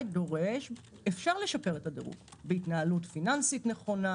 אפשר לשפר את הדירוג בהתנהלות פיננסית נכונה,